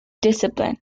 discipline